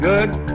Good